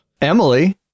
Emily